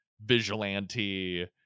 vigilante